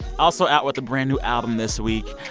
also out with a brand-new album this week.